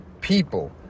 people